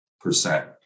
percent